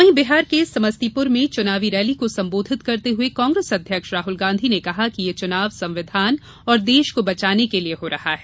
वहीं बिहार के समस्तीपुर में चुनावी रैली को संबोधित करते हुये कांग्रेस अध्यक्ष राहुल गांधी ने कहा कि यह चुनाव संविधान और देश को बचाने के लिये हो रहा है